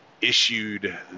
issued